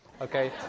okay